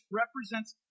represents